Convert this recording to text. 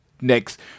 next